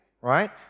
right